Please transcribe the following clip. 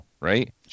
right